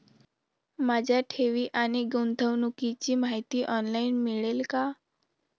माझ्या ठेवी आणि गुंतवणुकीची माहिती ऑनलाइन मिळेल का?